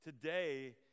today